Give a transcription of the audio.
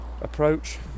approach